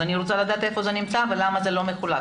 אני רוצה לדעתה היכן זה נמצא ולמה המיגון לא מחולק.